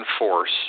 enforce